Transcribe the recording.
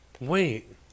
Wait